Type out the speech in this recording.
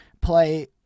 play